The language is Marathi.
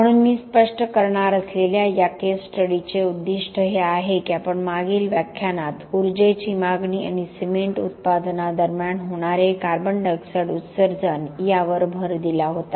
म्हणून मी स्पष्ट करणार असलेल्या या केस स्टडीचे उद्दिष्ट हे आहे की आपण मागील व्याख्यानात ऊर्जेची मागणी आणि सिमेंट उत्पादनादरम्यान होणारे CO2 उत्सर्जन यावर भर दिला होता